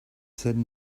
said